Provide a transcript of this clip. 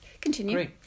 continue